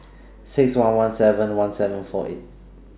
six one one seven one seven four eight